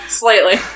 slightly